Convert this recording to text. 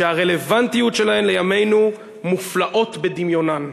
שהרלוונטיות שלהן לימינו מופלאה בדמיונן.